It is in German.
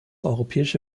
europäische